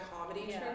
comedy